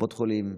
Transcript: קופות חולים,